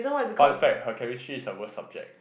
fun fact her chemistry is her worse subject